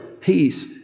peace